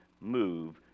move